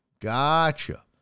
Gotcha